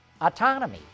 Autonomy